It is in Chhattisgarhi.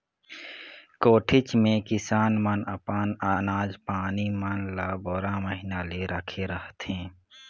कोठीच मे किसान मन अपन अनाज पानी मन ल बारो महिना ले राखे रहथे